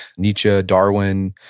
nietzsche, darwin.